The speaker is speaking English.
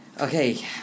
Okay